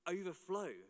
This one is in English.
overflow